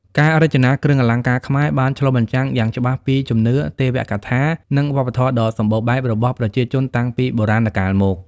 ការរចនាគ្រឿងអលង្ការខ្មែរបានឆ្លុះបញ្ចាំងយ៉ាងច្បាស់ពីជំនឿ ទេវកថា និងវប្បធម៌ដ៏សម្បូរបែបរបស់ប្រជាជនតាំងពីបុរាណកាលមក។